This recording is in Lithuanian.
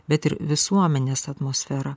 bet ir visuomenės atmosferą